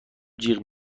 جیغ